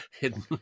hidden